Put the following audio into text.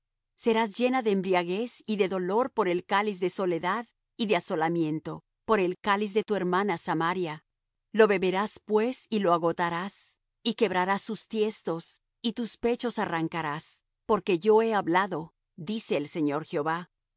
serás llena de embriaguez y de dolor por el cáliz de soledad y de asolamiento por el cáliz de tu hermana samaria lo beberás pues y lo agotarás y quebrarás sus tiestos y tus pechos arrancarás porque yo he hablado dice el señor jehová por